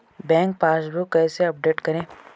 Bank passbook कैसे update करें?